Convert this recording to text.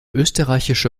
österreichische